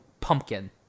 pumpkin